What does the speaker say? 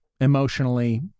emotionally